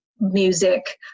music